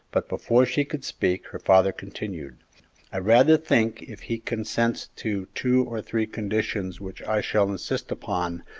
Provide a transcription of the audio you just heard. but before she could speak her father continued i rather think if he consents to two or three conditions which i shall insist upon,